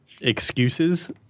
excuses